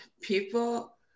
people